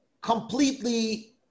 completely